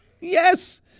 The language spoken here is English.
Yes